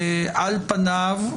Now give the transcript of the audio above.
על פניו,